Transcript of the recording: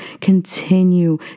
continue